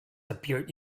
appeared